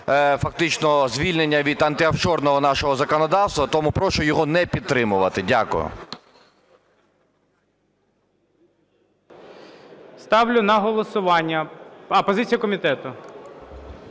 фактично звільнення від антиофшорного нашого законодавства. Тому прошу його не підтримувати. Дякую. ГОЛОВУЮЧИЙ. Ставлю на голосування… Позиція комітету.